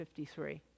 53